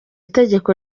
itegeko